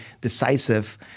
decisive